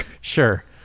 Sure